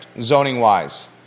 zoning-wise